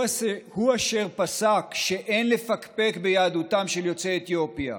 הוא אשר פסק שאין לפקפק ביהדותם של יהודי אתיופיה.